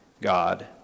God